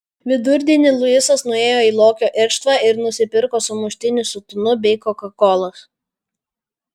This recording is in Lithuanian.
vidurdienį luisas nuėjo į lokio irštvą ir nusipirko sumuštinį su tunu bei kokakolos